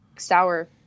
sour